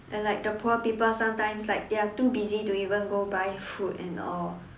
and like the poor people sometimes like they are too busy to even go buy food and all